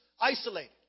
isolated